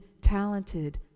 talented